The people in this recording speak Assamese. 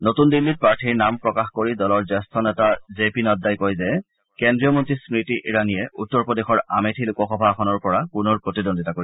নতন দিল্লীত প্ৰাৰ্থীৰ নাম প্ৰকাশ কৰি দলৰ জ্যেষ্ঠ নেতা জে পি নড্ডাই কয় যে কেন্দ্ৰীয় মন্ত্ৰী স্মৃতি ইৰাণীয়ে উত্তৰ প্ৰদেশৰ আমেথি লোকসভা অসনৰ পৰা পুনৰ প্ৰতিদ্বন্দ্বিতা কৰিব